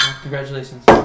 Congratulations